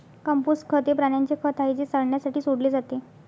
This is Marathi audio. कंपोस्ट खत हे प्राण्यांचे खत आहे जे सडण्यासाठी सोडले जाते